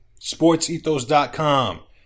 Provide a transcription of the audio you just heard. sportsethos.com